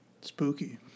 Spooky